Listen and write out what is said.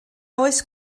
oes